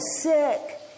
sick